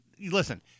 Listen